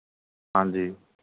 ਹਾਂਜੀ